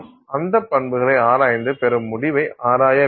அந்த பண்புகளை ஆராய்ந்து பெறும் முடிவை ஆராய வேண்டும்